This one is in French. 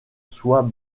soies